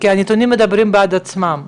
כי הנתונים מדברים בעד עצמם.